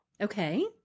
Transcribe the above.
okay